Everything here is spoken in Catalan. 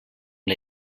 una